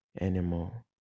anymore